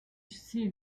should